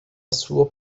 sua